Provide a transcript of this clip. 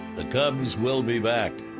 the cubs will be back.